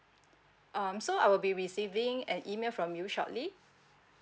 um so I will be receiving an email from you shortly